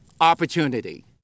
opportunity